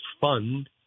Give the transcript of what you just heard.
fund